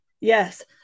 Yes